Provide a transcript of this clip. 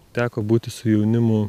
teko būti su jaunimu